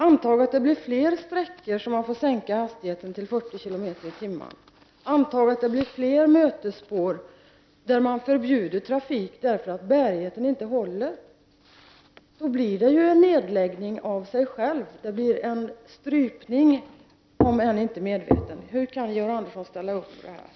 Antag att det blir fler sträckor på vilka man får sänka hastigheten till 40 kilometer i timmen. Antag att det blir fler mötesspår där man förbjuder trafik därför att bärigheten inte räcker. Då blir det ju en nedläggning — det blir en strypning, om än inte medvetet, av banan. Hur kan Georg Andersson ställa upp på det?